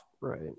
Right